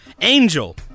Angel